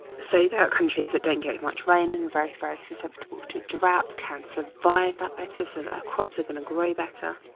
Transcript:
so there are countries that don't get much rain and very, very susceptible to droughts can survive that better so their crops are gonna grow better.